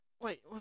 wait